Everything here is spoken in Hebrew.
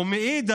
מנגד,